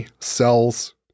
cells